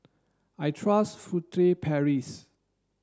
I trust Furtere Paris